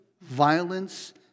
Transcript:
violence